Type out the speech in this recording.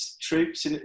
troops